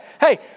hey